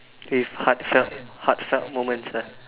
if heart felt heart felt moments ah